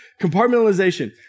Compartmentalization